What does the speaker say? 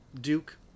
Duke